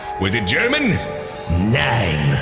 was it german nein.